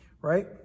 Right